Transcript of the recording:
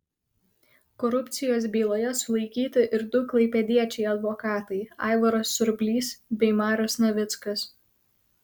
korupcijos byloje sulaikyti ir du klaipėdiečiai advokatai aivaras surblys bei marius navickas